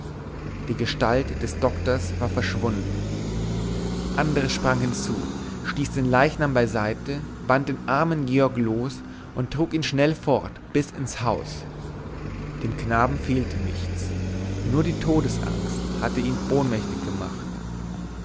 die gestalt des doktors war verschwunden andres sprang hinzu stieß den leichnam beiseite band den armen georg los und trug ihn schnell fort bis ins haus dem knaben fehlte nichts nur die todesangst hatte ihn ohnmächtig gemacht